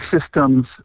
systems